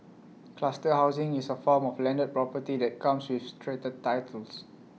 cluster housing is A form of landed property that comes with strata titles